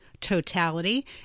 totality